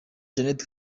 jeannette